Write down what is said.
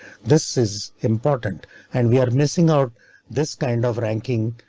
this is important and we are missing out this kind of ranking.